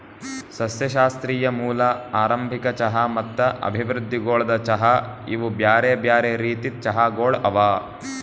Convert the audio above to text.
ಸಸ್ಯಶಾಸ್ತ್ರೀಯ ಮೂಲ, ಆರಂಭಿಕ ಚಹಾ ಮತ್ತ ಅಭಿವೃದ್ಧಿಗೊಳ್ದ ಚಹಾ ಇವು ಬ್ಯಾರೆ ಬ್ಯಾರೆ ರೀತಿದ್ ಚಹಾಗೊಳ್ ಅವಾ